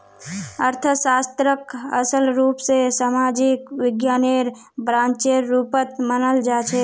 अर्थशास्त्रक असल रूप स सामाजिक विज्ञानेर ब्रांचेर रुपत मनाल जाछेक